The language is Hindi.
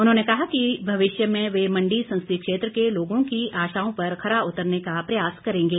उन्होंने कहा कि भविष्य में वे मंडी संसदीय क्षेत्र के लोगों की आशाओं पर खरा उतरने का प्रयास करेंगे